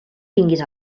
tinguis